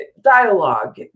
dialogue